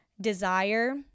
desire